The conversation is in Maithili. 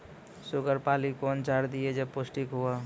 शुगर पाली कौन चार दिय जब पोस्टिक हुआ?